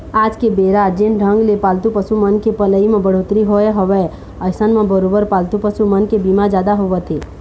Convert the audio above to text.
आज के बेरा जेन ढंग ले पालतू पसु मन के पलई म बड़होत्तरी होय हवय अइसन म बरोबर पालतू पसु मन के बीमा जादा होवत हे